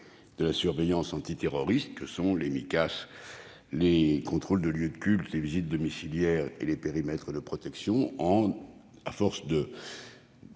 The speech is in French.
de surveillance antiterroriste que sont les Micas, les contrôles des lieux de culte, les visites domiciliaires et les périmètres de protection, en leur